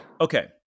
Okay